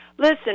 Listen